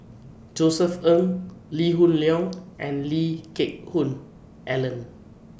Josef Ng Lee Hoon Leong and Lee Geck Hoon Ellen